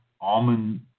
almond